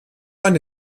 eine